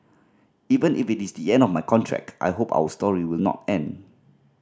even if it is the end of my contract I hope our story will not end